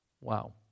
Wow